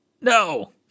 No